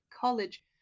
College